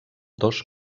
dos